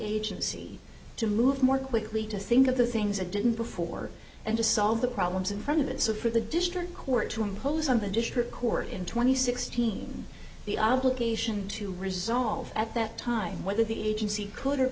agency to move more quickly to think of the things that didn't before and to solve the problems in front of it so for the district court to impose on the district court in twenty sixteen the obligation to resolve at that time whether the agency could or